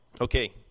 Okay